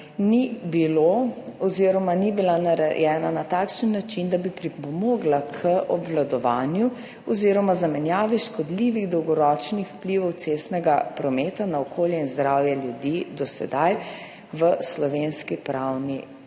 ni bilo oziroma ni bila narejena na takšen način, da bi pripomogla k obvladovanju oziroma zamenjavi škodljivih dolgoročnih vplivov cestnega prometa na okolje in zdravje ljudi. Zato je zakon, o